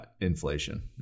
inflation